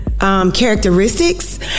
Characteristics